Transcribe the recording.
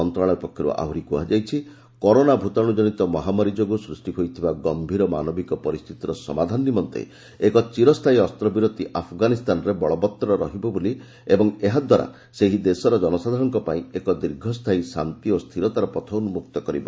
ମନ୍ତ୍ରଣାଳୟ ପକ୍ଷରୁ ଆହୁରି କୁହାଯାଇଛି କରୋନା ଭୂତାଶୁଜନିତ ମହାମାରୀ ଯୋଗୁଁ ସ୍ଚଷ୍ଟି ହୋଇଥିବା ଗମ୍ଭୀର ମାନବିକ ପରିସ୍ଥିତିର ସମାଧାନ ନିମନ୍ତେ ଏକ ଚିରସ୍ଥାୟୀ ଅସ୍ତ୍ରବିରତି ଆଫଗାନିସ୍ତାନରେ ବଳବତ୍ତର ରହିବ ଏବଂ ଏହାଦ୍ୱାରା ସେହି ଦେଶର ଜନସାଧାରଣଙ୍କ ପାଇଁ ଏକ ଦୀର୍ଘସ୍ଥାୟୀ ଶାନ୍ତି ଓ ସ୍ଥିରତାର ପଥ ଉନ୍କକ୍ତ କରିବ